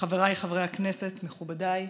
חבריי חברי הכנסת, מכובדיי,